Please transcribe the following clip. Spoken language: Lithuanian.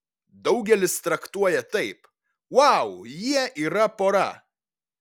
daugelis traktuoja taip vau jie yra pora